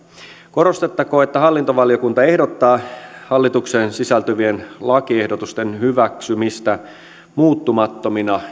korostettakoon että hallintovaliokunta ehdottaa hallituksen esitykseen sisältyvien lakiehdotusten hyväksymistä muuttamattomina